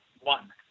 one